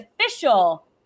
official